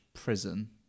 Prison